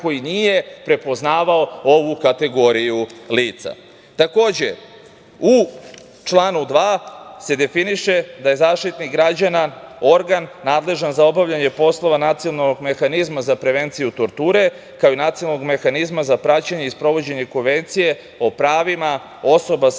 koji nije prepoznavao ovu kategoriju lica. Takođe, u članu 2. se definiše da je Zaštitnik građana organ nadležan za obavljanje poslova Nacionalnog mehanizma za prevenciju torture, kao i Nacionalnog mehanizma za praćenje i sprovođenje Konvencije o pravima osoba sa